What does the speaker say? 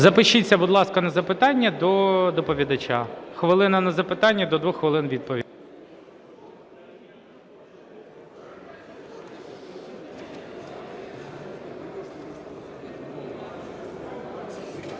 Запишіться, будь ласка, на запитання до доповідача. Хвилина – на запитання, до 2 хвилин – відповідь.